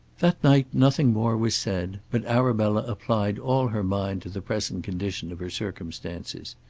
that night nothing more was said, but arabella applied all her mind to the present condition of her circumstances.